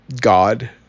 god